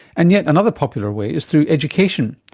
and yet another popular way is through education.